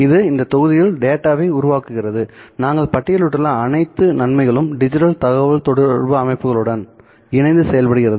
இது இந்த தொகுதியில் டேட்டாவை உருவாக்குகிறது நாங்கள் பட்டியலிட்டுள்ள அனைத்து நன்மைகளும் டிஜிட்டல் தகவல் தொடர்பு அமைப்புகளுடன் இணைந்து செயல்படுகிறது